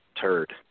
turd